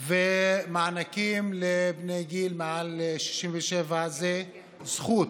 ומענקים לבני מעל 67, זה זכות.